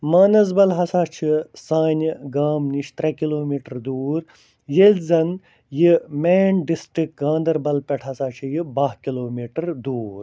مانسبل ہَسا چھِ سانہِ گامہٕ نِش ترٛےٚ کِلوٗ میٖٹر دوٗر ییٚلہِ زن یہِ مین ڈِسٹِک گانٛدربل پٮ۪ٹھ ہَسا چھِ یہِ بَہہ کِلوٗ میٖٹر دوٗر